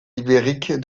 ibérique